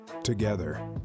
together